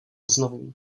znovu